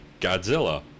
Godzilla